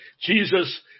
Jesus